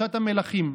פרשת המלכים,